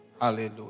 Hallelujah